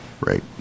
Right